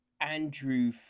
Andrew